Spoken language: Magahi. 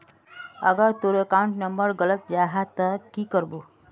अगर तोर अकाउंट नंबर गलत जाहा ते की करबो?